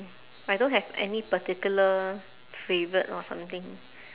I don't have any particular favourite or something